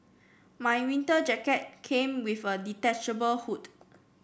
my winter jacket came with a detachable hood